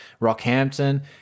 Rockhampton